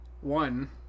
one